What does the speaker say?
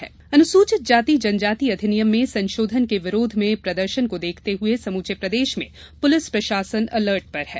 सुरक्षा व्यवस्था अनुसूचित जाति जनजाति अधिनियम में संशोधन के विरोध में प्रदर्शन को देखते हुए समूचे प्रदेश में पुलिस प्रशासन अलर्ट पर है